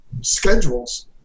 Schedules